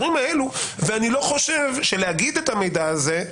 ואני לא חושב, שלומר את המידע הזה,